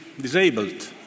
disabled